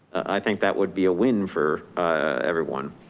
i think that would be a win for everyone.